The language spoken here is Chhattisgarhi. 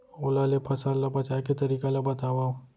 ओला ले फसल ला बचाए के तरीका ला बतावव?